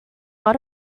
got